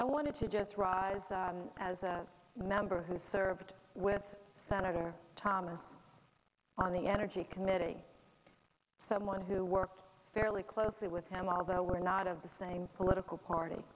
i wanted to just rise as a member who served with senator thomas on the energy committee someone who worked fairly closely with him although we're not of the same political party